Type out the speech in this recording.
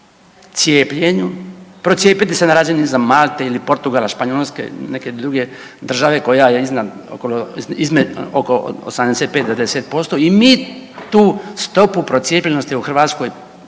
cijepljenju, procijepiti se na razini Malte ili Portugala, Španjolske, neke druge države koja je iznad, oko 85 do 90% i mi tu stopu procijepljenosti u Hrvatskoj